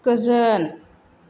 गोजोन